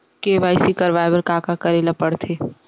KYC करवाय बर का का करे ल पड़थे?